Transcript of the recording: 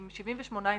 עם 78 אינדיקטורים.